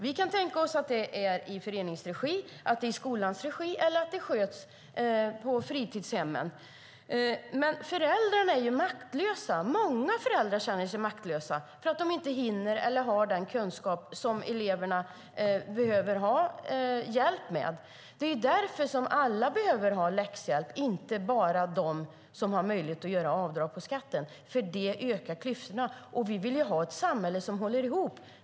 Vi kan tänka oss att det sker i föreningsregi eller i skolans regi eller att det sköts på fritidshemmen. Men många föräldrar känner sig maktlösa för att de inte hinner med eller har tillräcklig kunskap för det som eleverna behöver ha hjälp med. Det är därför alla behöver ha läxhjälp, och inte bara de som har möjlighet att göra avdrag på skatten. Det ökar klyftorna. Och vi vill ha ett samhälle som håller ihop.